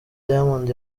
diamond